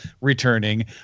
returning